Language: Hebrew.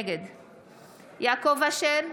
נגד יעקב אשר,